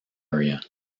area